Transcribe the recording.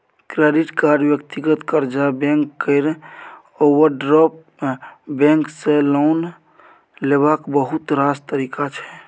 credit card, व्यक्तिगत कर्जा, bank केर ओवरड्राफ्ट बैंक सँ लोन लेबाक बहुत रास तरीका छै